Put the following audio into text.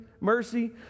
mercy